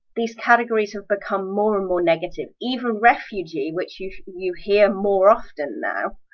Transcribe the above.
these categories have become more and more negative. even! refugee, which you you hear more often now,